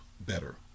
better